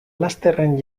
lasterren